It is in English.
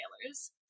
retailers